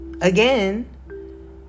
again